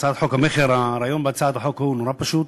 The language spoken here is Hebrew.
הצעת חוק המכר, הרעיון בהצעת החוק הוא נורא פשוט: